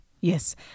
yes